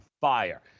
fire